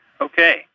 Okay